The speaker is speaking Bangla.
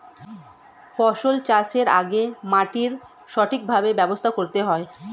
ফসল চাষের আগে মাটির সঠিকভাবে ব্যবস্থা করতে হয়